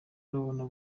urabona